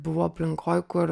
buvau aplinkoj kur